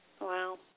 wow